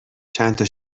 چندتا